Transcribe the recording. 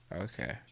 Okay